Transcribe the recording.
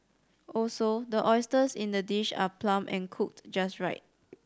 also the oysters in the dish are plump and cooked just right